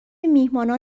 میهمانان